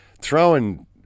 throwing